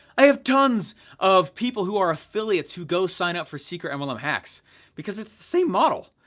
i have tons of people who are affiliates who go sign up for secret mlm hacks because it's the same model,